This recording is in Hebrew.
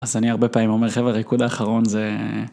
אז אני הרבה פעמים אומר, חבר'ה, ריקוד האחרון זה...